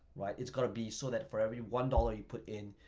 right? it's got to be so that for every one dollars you put in,